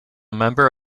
member